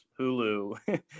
Hulu